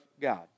God